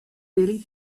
really